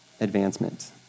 advancement